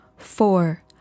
Four